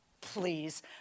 Please